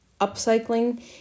upcycling